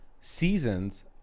seasons